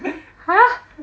!huh!